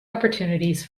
opportunities